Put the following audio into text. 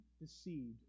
deceived